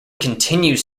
continues